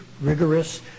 rigorous